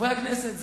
חברי הכנסת,